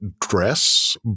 dress